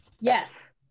Yes